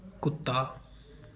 ਕੁੱਤਾ